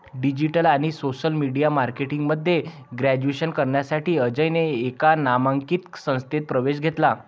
digital आणि social media marketing मध्ये graduation करण्यासाठी अजयने एका नामांकित संस्थेत प्रवेश घेतला